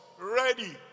ready